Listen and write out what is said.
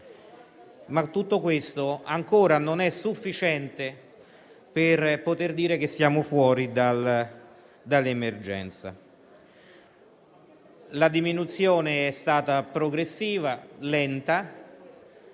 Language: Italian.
ma tutto questo ancora non è sufficiente per poter dire che siamo fuori dall'emergenza. La diminuzione è stata progressiva e lenta